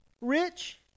rich